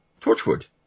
Torchwood